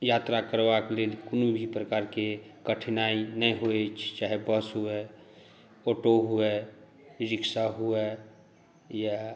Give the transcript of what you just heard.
यात्रा करबाक लेल कोनो भी प्रकारकेँ कठिनाइ नहि होइ छै चाहे बस हुए ऑटो हुए रिक्शा हुए या